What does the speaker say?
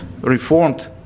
reformed